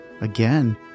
Again